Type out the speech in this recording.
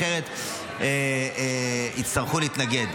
אחרת יצטרכו להתנגד.